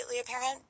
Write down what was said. apparent